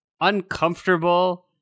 uncomfortable